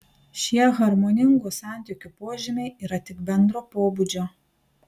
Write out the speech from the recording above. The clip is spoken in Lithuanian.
šie harmoningų santykių požymiai yra tik bendro pobūdžio